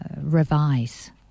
revise